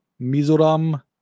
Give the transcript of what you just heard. Mizoram